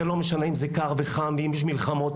זה לא משנה אם חם, קר, אם יש מלחמות.